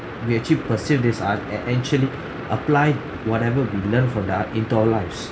we actually pursue this art and actually apply whatever we learn from the art into our lives